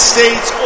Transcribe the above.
States